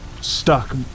stuck